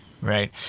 Right